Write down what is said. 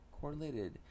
correlated